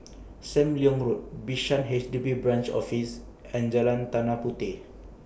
SAM Leong Road Bishan H D B Branch Office and Jalan Tanah Puteh